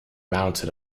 mounted